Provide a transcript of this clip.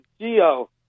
Geo